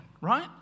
right